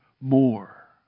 more